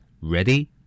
Ready